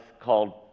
called